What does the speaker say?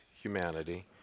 humanity